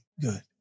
Good